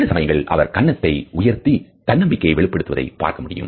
சில சமயங்களில் அவர் கன்னத்தை உயர்த்தி தன்னம்பிக்கையை வெளிப்படுத்துவதை பார்க்க முடியும்